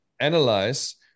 analyze